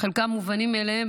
חלקם מובנים מאליהם,